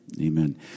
Amen